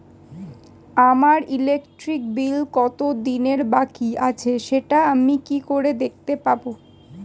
আমার electric bill কত দিনের বাকি আছে সেটা আমি কি করে দেখতে পাবো?